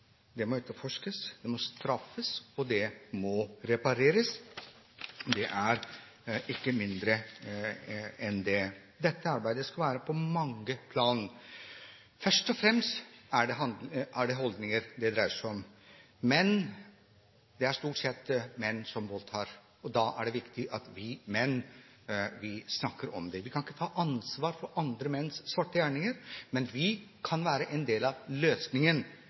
må forebygges, de må etterforskes, de må straffes, og de må repareres. Det er ikke mindre enn det! Dette arbeidet skal foregå på mange plan. Først og fremst dreier det seg om holdninger. Men det er stort sett menn som voldtar, og da er det viktig at vi menn snakker om det. Vi kan ikke ta ansvar for andre menns svarte gjerninger, men vi kan være en del av løsningen.